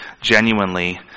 genuinely